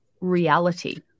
reality